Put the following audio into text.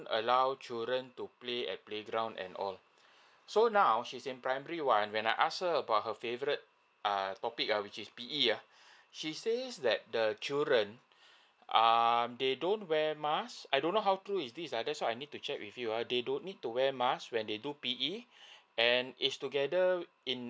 allow children to play at playground and all so now she's in primary one when I asked her about her favourite err topic uh which is P_E uh she says that the children um they don't wear mask I don't know how true is this uh that's why I need to check with you uh they don't need to wear mask when they do P_E and if together in